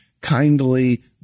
kindly